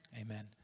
amen